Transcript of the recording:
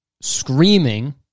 screaming